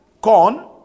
corn